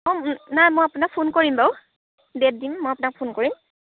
অঁ নাই মই আপোনাক ফোন কৰিম বাৰু ডেট দিম মই আপোনাক ফোন কৰিম